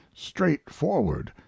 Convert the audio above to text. straightforward